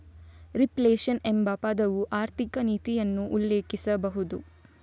reflation ಎಂಬ ಪದವು ಆರ್ಥಿಕ ನೀತಿಯನ್ನು ಉಲ್ಲೇಖಿಸಬಹುದು